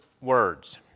words